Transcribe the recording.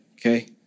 okay